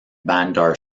bandar